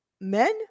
men